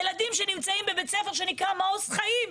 ילדים שנמצאים בבית ספר שנקרא מעוז חיים,